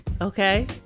okay